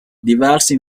diversi